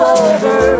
over